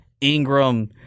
Ingram